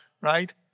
right